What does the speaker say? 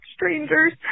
Strangers